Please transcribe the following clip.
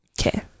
Okay